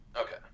Okay